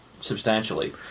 substantially